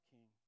King